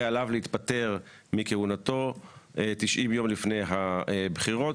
ועליו להתפטר מכהונתו 90 יום לפני הבחירות.